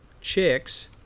chicks